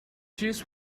juice